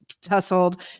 tussled